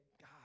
God